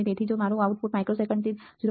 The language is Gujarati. તેથી જો મારું આઉટપુટ માઇક્રોસેકન્ડ દીઠ 0